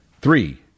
Three